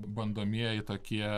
bandomieji tokie